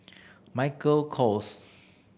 Michael Kors